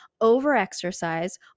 over-exercise